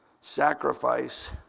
sacrifice